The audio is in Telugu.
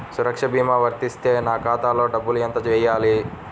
సురక్ష భీమా వర్తిస్తే నా ఖాతాలో డబ్బులు ఎంత వేయాలి?